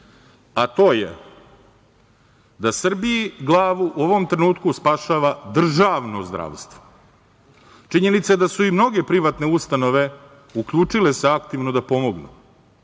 a to je da Srbiji glavu u ovom trenutku spašava državno zdravstvo. Činjenica je da su i mnoge privatne ustanove uključile se aktivno da pomognu,